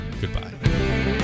goodbye